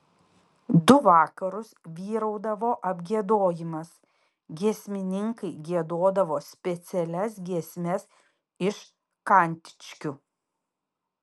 du vakarus vyraudavo apgiedojimas giesmininkai giedodavo specialias giesmes iš kantičkų